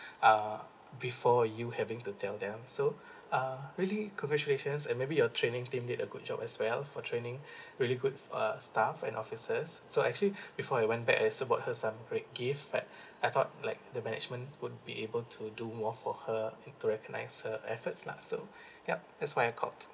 uh before you having to tell them so uh really congratulations and maybe your training team did a good job as well for training really goods uh staff and officers so actually before I went back I also bought her some great gift like I thought like the management would be able to do more for her to recognize her efforts lah so yup that's why I got